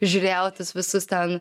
žiūrėjau tuos visus ten